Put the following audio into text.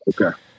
Okay